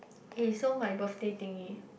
eh so my birthday thingy